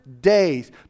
days